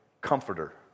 comforter